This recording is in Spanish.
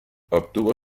obtuvo